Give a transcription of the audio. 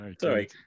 Sorry